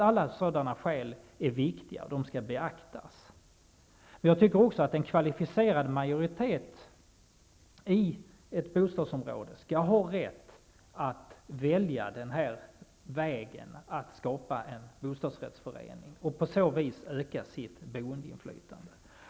Alla sådana skäl är viktiga och skall beaktas. En kvalificerad majoritet i ett bostadsområde skall ha rätt att välja den här vägen att skapa en bostadsrättsförening och på så vis öka sitt boendeinflytande.